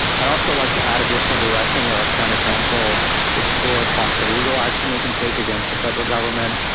i'd also like to add additional direction that our county counsel explore possible legal action we can take against the federal government.